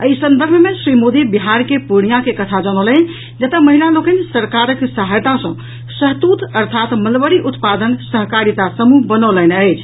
एहि संदर्भ मे श्री मोदी बिहार के पूर्णिया के कथा जनौलनि जतऽ महिला लोकनि सरकारक सहायता सॅ शहतूत अर्थात मलबरी उत्पादन सहकारिता समूह बनौलनि अछि